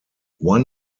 one